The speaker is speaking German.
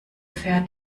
pferd